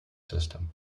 system